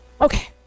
Okay